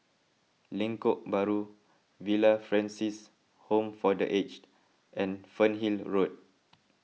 Lengkok Bahru Villa Francis Home for the Aged and Fernhill Road